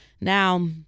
Now